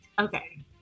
Okay